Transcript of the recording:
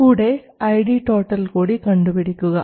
കൂടെ ID കൂടി കണ്ടുപിടിക്കുക